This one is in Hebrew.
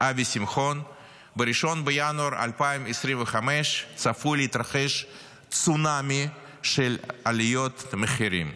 אבי שמחון, צונאמי של עליות מחירים,